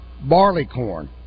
Barleycorn